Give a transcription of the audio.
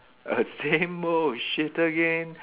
a same old shit again